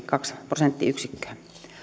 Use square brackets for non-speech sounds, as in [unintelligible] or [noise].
[unintelligible] kaksi prosenttiyksikköä